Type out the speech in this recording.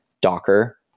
Docker